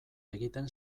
egiten